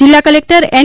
જિલ્લા collector N